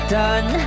done